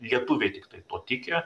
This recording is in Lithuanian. lietuviai tiktai tuo tiki